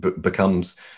becomes